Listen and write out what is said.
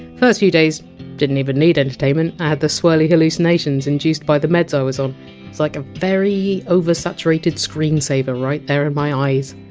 first few days didn! t but need entertainment, i had the swirly hallucinations induced by the meds i was on like a very oversaturated screensaver right there in my eyes.